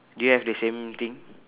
do you have the same thing